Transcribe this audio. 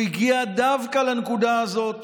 הוא הגיע דווקא לנקודה הזאת